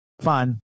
fun